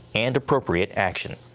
and appropriate action.